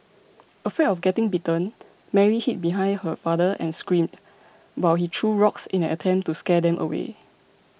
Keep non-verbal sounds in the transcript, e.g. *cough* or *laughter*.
*noise* afraid of getting bitten Mary hid behind her father and screamed while he threw rocks in an attempt to scare them away